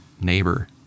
neighbor